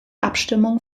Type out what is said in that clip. abstimmung